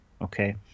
okay